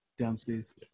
downstairs